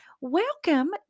Welcome